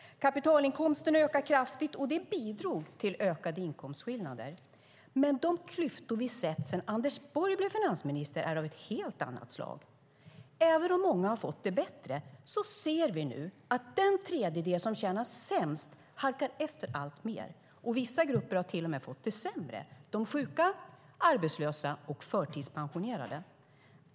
Kapitalinkomsterna ökade kraftigt, och det bidrog till ökade inkomstskillnader. Men de klyftor som vi har sett sedan Anders Borg blev finansminister är av ett helt annat slag. Även om många har fått det bättre ser vi nu att den tredjedel som tjänar sämst halkar efter alltmer och att vissa grupper till och med har fått det sämre - de sjuka, arbetslösa och förtidspensionerade.